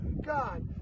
God